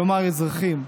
כלומר אזרחים,